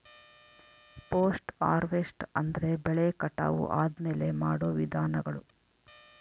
post harvest ಅಂದ್ರೆ ಬೆಳೆ ಕಟಾವು ಆದ್ಮೇಲೆ ಮಾಡೋ ವಿಧಾನಗಳು